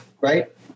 right